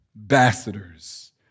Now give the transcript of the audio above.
ambassadors